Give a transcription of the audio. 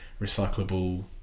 recyclable